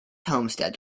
homesteads